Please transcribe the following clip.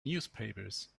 newspapers